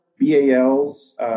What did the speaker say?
BALs